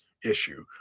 issue